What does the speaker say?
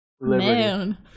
man